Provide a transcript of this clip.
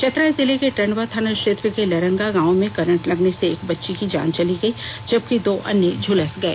चतरा जिले के टंडवा थाना क्षेत्र के लरंगा गांव में करेंट लगने से एक बच्ची की जान चली गई जबकि दो अन्य झुलस गए